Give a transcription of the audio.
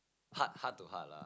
heart heart to heart lah